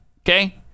Okay